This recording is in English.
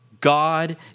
God